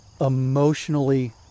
Emotionally